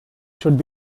should